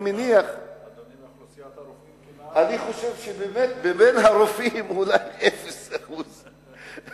בין הרופאים כמעט, בין הרופאים אולי אפס אחוז.